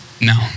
No